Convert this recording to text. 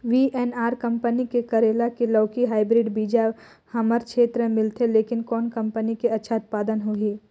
VNR company के करेला की लौकी हाईब्रिड बीजा हमर क्षेत्र मे मिलथे, लेकिन कौन कंपनी के अच्छा उत्पादन होही?